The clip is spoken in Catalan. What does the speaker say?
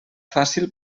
fàcil